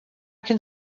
can